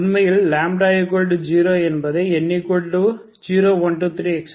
உண்மையில் λ0 என்பதை n0123